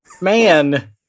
man